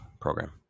program